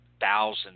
thousands